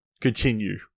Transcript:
continue